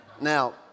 Now